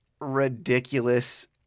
ridiculous